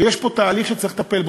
ויש פה תהליך שצריך לטפל בו.